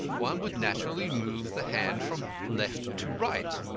one would naturally move the hand from left to right.